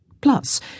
Plus